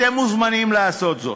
אתם מוזמנים לעשות זאת.